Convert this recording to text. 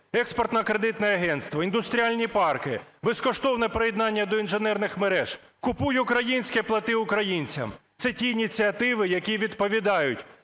Експортно-кредитне агентство, індустріальні парки, безкоштовне приєднання до інженерних мереж, "Купуй українське, плати українцям". Це ті ініціативи, які відповідають